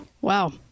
Wow